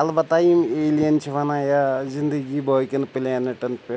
اَلبَتہ یِم ایلیَن چھِ وَنان یا زِندگی باقیَن پٕلینیٚٹَن پٮ۪ٹھ